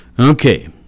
Okay